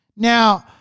now